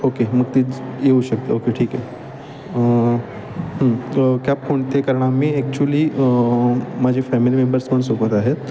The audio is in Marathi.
ओके मग तीच येऊ शकते ओके ठीक आहे कॅब कोणती आहे कारण आम्ही ॲक्चुली माझे फॅमिली मेंबर्स पण सोबत आहेत